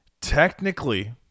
Technically